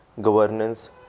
Governance